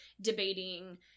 debating